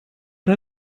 der